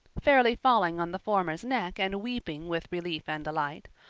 fairly falling on the former's neck and weeping with relief and delight,